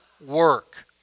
work